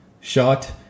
shot